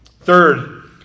Third